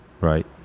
right